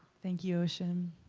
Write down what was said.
thank you, ocean.